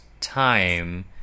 time